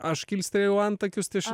aš kilstelėjau antakius tai aš